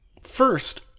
First